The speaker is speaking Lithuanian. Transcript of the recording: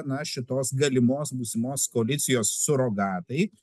na šitos galimos būsimos koalicijos surogatai